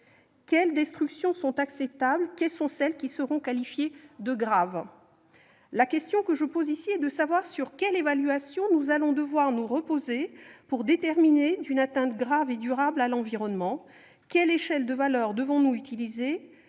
Quelles destructions sont acceptables, quelles sont celles qui seront qualifiées de « graves »? La question que je pose ici est de savoir sur quelle évaluation nous devrons nous appuyer pour déterminer une atteinte grave et durable à l'environnement. Quelle échelle de valeurs devrons-nous utiliser ?